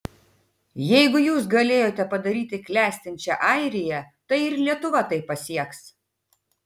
jeigu jūs galėjote padaryti klestinčią airiją tai ir lietuva tai pasieks